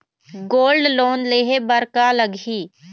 Gold loan लेहे बर का लगही?